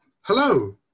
Hello